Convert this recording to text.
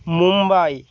Mumbai